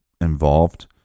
involved